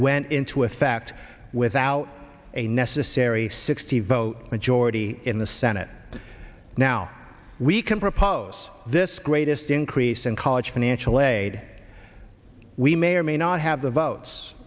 went into effect without a necessary sixty vote majority in the senate now we can propose this greatest increase in college financial aid we may or may not have the votes